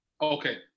Okay